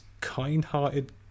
kind-hearted